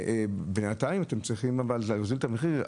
אתם צריכים להסדיר את המחיר.